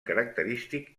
característic